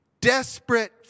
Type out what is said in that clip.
desperate